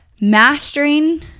mastering